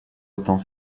autant